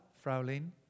Fraulein